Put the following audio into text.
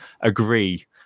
agree